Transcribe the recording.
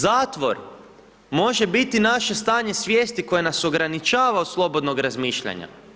Zatvor može biti naše stanje svijesti koje nas ograničava od slobodnog razmišljanja.